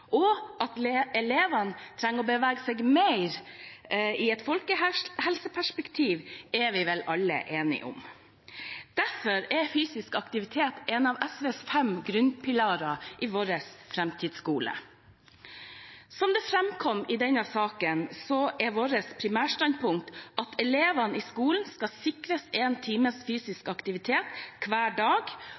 læring, og at elevene trenger å bevege seg mer i et folkehelseperspektiv, er vi vel alle enige om. Derfor er fysisk aktivitet en av SVs fem grunnpilarer i vår framtidsskole. Som det framkom i denne saken, er vårt primærstandpunkt at elevene i skolen skal sikres én times fysisk aktivitet hver dag.